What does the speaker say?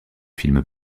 films